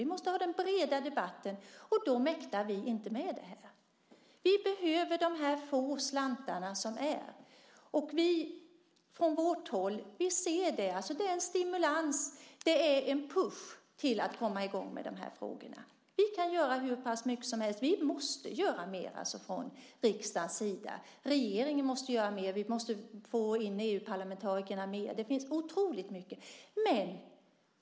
Vi måste ha den breda debatten, och den mäktar vi inte med. Vi behöver de här få slantarna. Från vårt håll ser vi detta som en stimulans, en push för att komma i gång med de här frågorna. Vi kan göra hur mycket som helst. Vi måste göra mer från riksdagens sida. Regeringen måste göra mer. Vi måste få in EU-parlamentarikerna mer. Det finns otroligt mycket att göra.